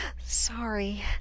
Sorry